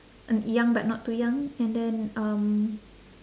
uh young but not too young and then um